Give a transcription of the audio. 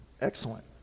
Excellent